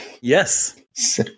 Yes